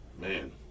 man